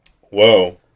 Whoa